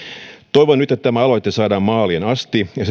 toivon nyt että tämä aloite saadaan maaliin asti ja